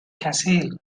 kassel